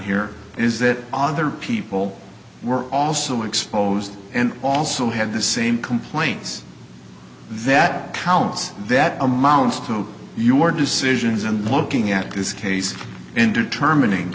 here is that other people were also exposed and also had the same complaints that counts that amounts to your decisions and looking at this case in determining